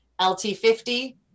LT50